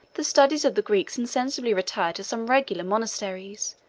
the studies of the greeks insensibly retired to some regular monasteries,